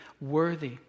worthy